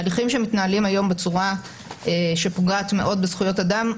הליכים שמתנהלים היום בצורה שפוגעת מאוד בזכויות אדם.